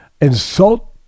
insult